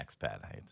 expat